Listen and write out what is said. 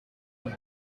het